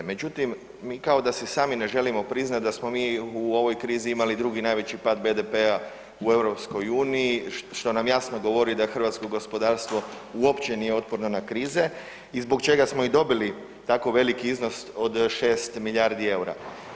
Međutim mi kao da si sami ne želimo priznati da smo mi u ovoj krizi imali drugi najveći pad BDP-a u EU što nam jasno govori da hrvatskog gospodarstvo uopće nije otporno na krize i zbog čega smo i dobili tako veliki iznos od 6 milijardi EUR-a.